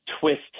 twist